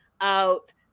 out